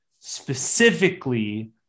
specifically